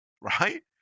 right